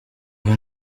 ubu